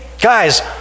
guys